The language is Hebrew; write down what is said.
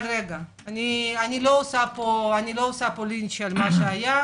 אבל אני לא בודקת את מה שהיה,